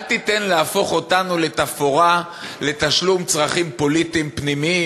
אל תיתן להפוך אותנו לתפאורה לתשלום צרכים פוליטיים פנימיים,